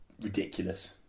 ridiculous